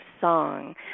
song